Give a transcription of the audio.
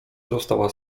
została